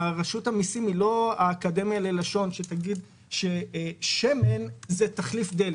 רשות המסים היא לא האקדמיה ללשון שתגיד ששמן זה תחליף דלק.